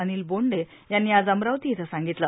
अनिल बों यांनी आज अमरावती इथ सांगितले